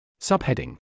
Subheading